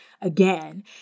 again